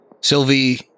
Sylvie